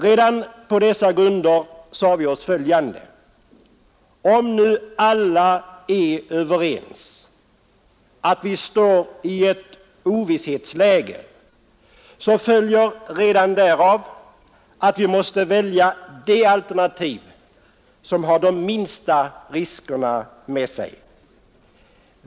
Redan på dessa grunder sade vi oss följande: om nu alla har den uppfattningen att vi befinner oss i ett ovisshetsläge, följer redan därav att vi måste välja det alternativ som för de minsta riskerna med sig.